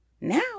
now